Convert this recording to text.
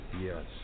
Yes